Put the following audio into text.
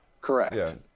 Correct